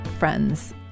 friends